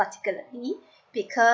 particularly because